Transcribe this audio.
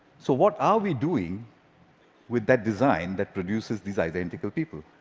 so what are we doing with that design that produces these identical people,